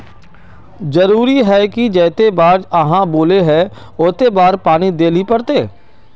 जरूरी है की जयते बार आहाँ बोले है होते बार पानी देल ही पड़ते?